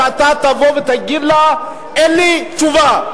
שאתה תבוא ותגיד לה: אין לי תשובה.